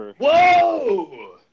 Whoa